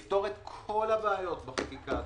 לפתור את כל הבעיות בחקיקה הזאת.